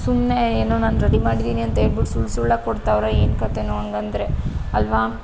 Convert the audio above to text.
ಸುಮ್ಮನೆ ಏನೋ ನಾನು ರೆಡಿ ಮಾಡಿದ್ದೀನಿ ಅಂತೇಳ್ಬಿಟ್ಟು ಸುಳ್ಳು ಸುಳ್ಳಾಗಿ ಕೊಡ್ತಾವ್ರೊ ಏನು ಕಥೆಯೋ ಹಾಗಂದ್ರೆ ಅಲ್ವಾ